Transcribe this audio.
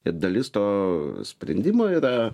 ir dalis to sprendimo yra